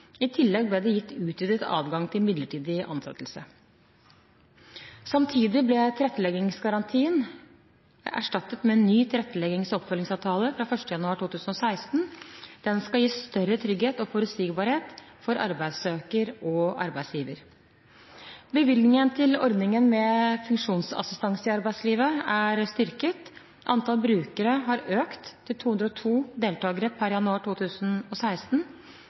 I tillegg ble det gitt utvidet adgang til midlertidig ansettelse. Samtidig ble tilretteleggingsgarantien erstattet med en ny tilretteleggings- og oppfølgingsavtale fra 1. januar 2016. Den skal gi større trygghet og forutsigbarhet for arbeidssøker og arbeidsgiver. Bevilgningen til ordningen med funksjonsassistanse i arbeidslivet er styrket. Antall brukere har økt til 202 deltakere per januar 2016.